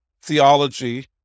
theology